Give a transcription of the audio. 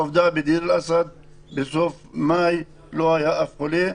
עובדה, בדיר אל-אסד בסוף מאי לא היה שום חולה.